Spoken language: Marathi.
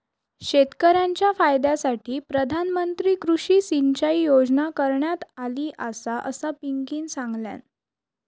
शेतकऱ्यांच्या फायद्यासाठी प्रधानमंत्री कृषी सिंचाई योजना करण्यात आली आसा, असा पिंकीनं सांगल्यान